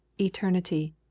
eternity